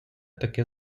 таке